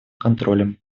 контролем